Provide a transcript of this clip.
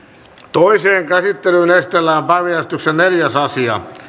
toiseen käsittelyyn esitellään päiväjärjestyksen neljäs asia